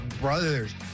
brothers